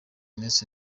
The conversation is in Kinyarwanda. ndetse